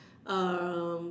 um